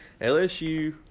LSU